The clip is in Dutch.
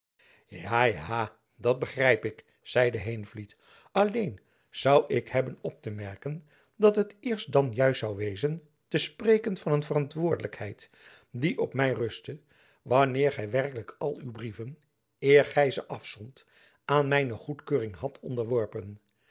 ja ja dat begrijp ik zeide heenvliet alleen zoû ik hebben op te merken dat het eerst dan juist zoû wezen te spreken van een verantwoordelijkheid die op my rustte wanneer gy werkelijk al uw brieven eer gy ze afzondt aan mijne goedkeuring hadt onderworpen